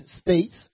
states